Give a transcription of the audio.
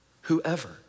Whoever